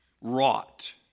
wrought